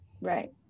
Right